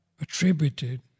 attributed